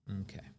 okay